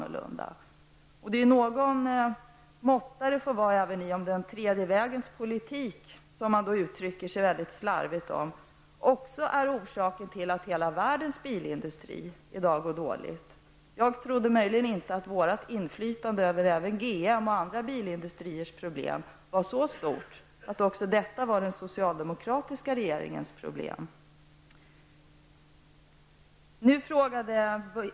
Någon måtta för det alltså vara, även om man tycker att den tredje vägens politik, mycket slarvigt uttryckt, är orsaken till att hela världens bilindustri i dag går dåligt. Jag har nog inte trott att vårt inflytande även över GM och andra bilindustrier med problem var så stort att också det skulle bli den socialdemokratiska regeringens problem.